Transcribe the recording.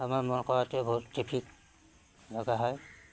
আমাৰ মৰ কৰাতে বহুত ট্ৰেফিক লগা হয়